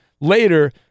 later